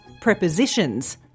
prepositions